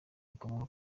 rikomoka